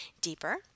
deeper